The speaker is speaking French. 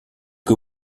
que